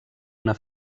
una